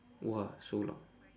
!wah! so long